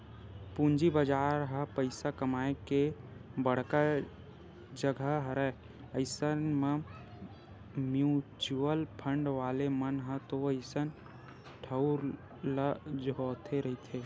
पूंजी बजार ह पइसा कमाए के बड़का जघा हरय अइसन म म्युचुअल फंड वाले मन ह तो अइसन ठउर ल जोहते रहिथे